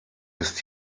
ist